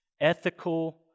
ethical